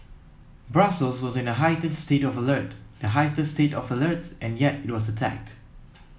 Brussels was in a heightened state of alert the highest state of alert and yet it was attacked